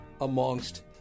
amongst